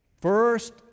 first